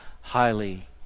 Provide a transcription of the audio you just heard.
highly